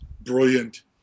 brilliant